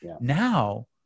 Now